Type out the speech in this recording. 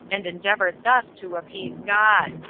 and endeavored thus to appease god.